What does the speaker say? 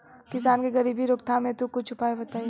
किसान के गरीबी रोकथाम हेतु कुछ उपाय बताई?